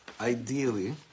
Ideally